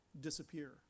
disappear